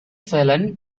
felon